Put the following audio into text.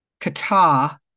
Qatar